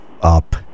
up